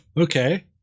Okay